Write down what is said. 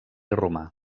romà